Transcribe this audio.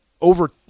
over